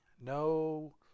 no